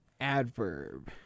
adverb